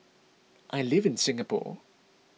I live in Singapore